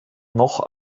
noch